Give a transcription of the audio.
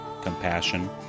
compassion